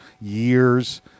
years